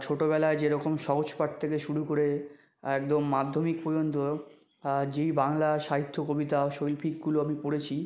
ছোটোবেলায় যেরকম সহজপাঠ থেকে শুরু করে একদম মাধ্যমিক পর্যন্ত যেই বাংলা সাহিত্য কবিতা ও শৈল্পিকগুলো আমি পড়েছি